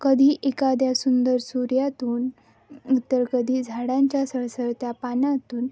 कधी एखाद्या सुंदर सूर्यातून तर कधी झाडांच्या सळसळत्या पानातून